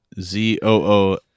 Z-O-O